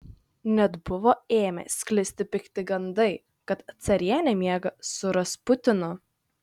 net buvo ėmę sklisti pikti gandai kad carienė miega su rasputinu